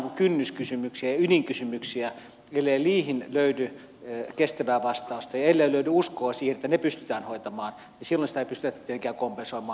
ellei niihin löydy kestävää vastausta ja ellei löydy uskoa siihen että ne pystytään hoitamaan niin silloin sitä ei pystytä tietenkään kompensoimaan millään muulla